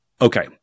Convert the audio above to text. Okay